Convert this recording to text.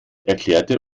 erklärte